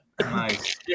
Nice